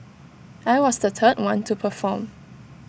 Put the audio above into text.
I was the third one to perform